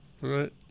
Right